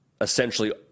essentially